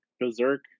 Berserk